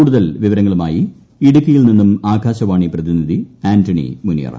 കൂടുതൽ വിവരങ്ങളുമായി ഇടുക്കിയിൽ നിന്ന് ആകാശവാണി പ്രതിനിധി ആന്റണി മുനിയറ